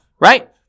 right